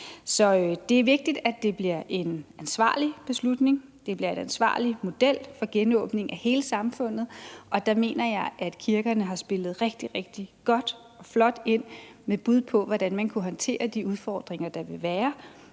det er vigtigt, at det bliver en ansvarlig beslutning; en ansvarlig model for genåbning af hele samfundet. Og der mener jeg, at kirkerne har spillet rigtig, rigtig godt og flot ind med bud på, hvordan man kan håndtere de udfordringer, der vil være.